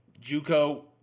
Juco